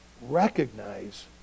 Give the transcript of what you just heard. recognize